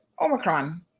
Omicron